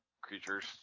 creatures